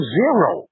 zero